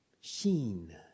sheen